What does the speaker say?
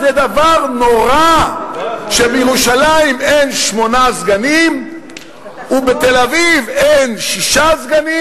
זה דבר נורא שבירושלים אין שמונה סגנים ובתל-אביב אין שישה סגנים.